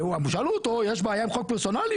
ושאלו אותו יש בעיה עם חוק פרסונלי?